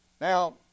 Now